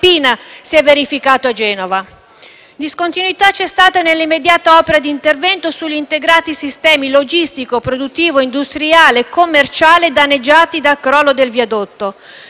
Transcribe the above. Peppina si è verificato a Genova. Discontinuità c’è stata nell’immediata opera di intervento sugli integrati sistemi logistico, produttivo, industriale e commerciale danneggiati dal crollo del viadotto.